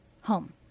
home